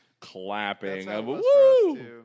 Clapping